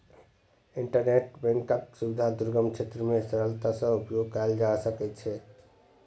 internet बैंकक सुविधा दुर्गम क्षेत्र मे सरलता सॅ उपयोग कयल जा सकै छै